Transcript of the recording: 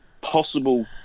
possible